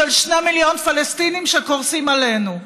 של שני מיליון פלסטינים שקורסים עלינו.